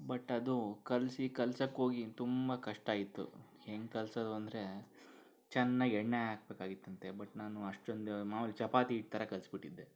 but ಅದು ಕಲಸಿ ಕಲಸೋಕ್ಕೋಗಿ ತುಂಬ ಕಷ್ಟ ಇತ್ತು ಹೆಂಗೆ ಕಲಸೋದು ಅಂದರೆ ಚೆನ್ನಾಗಿ ಎಣ್ಣೆ ಹಾಕ್ಬೇಕಾಗಿತ್ತಂತೆ ಬಟ್ ನಾನು ಅಷ್ಟೊಂದು ಮಾಮೂಲಿ ಚಪಾತಿ ಹಿಟ್ಟು ಥರ ಕಲಸ್ಬಿಟ್ಟಿದೆ